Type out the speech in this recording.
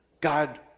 God